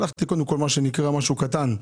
שלחתי קודם כל מה שנקרא, משהו קטן,